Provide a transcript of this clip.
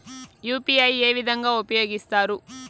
UPI ఏ విధంగా ఉపయోగిస్తారు?